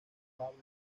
pablo